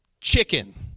chicken